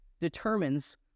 determines